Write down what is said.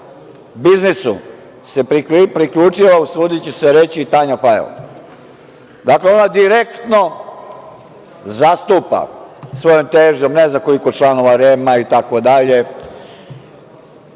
biznisu se priključila, usudiću se reći i Tanja Fajon. Dakle, ona direktno zastupa svojom tezom, ne znam koliko članova REM-a itd.